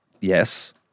Yes